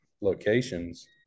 locations